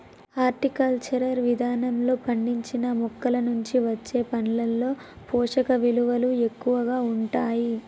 horticulture విధానంలో పండించిన మొక్కలనుండి వచ్చే పండ్లలో పోషకవిలువలు ఎక్కువగా ఉంటాయి